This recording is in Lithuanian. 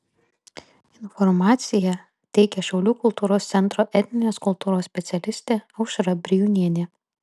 informaciją teikia šiaulių kultūros centro etninės kultūros specialistė aušra brijūnienė